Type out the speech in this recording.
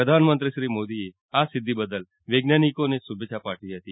પ્રધાનમંત્રી શ્રી મોદીએ આ સિધ્ધી બદલ વૈજ્ઞાનિકોને શુભેચ્છા પાઠવી હતી